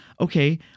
okay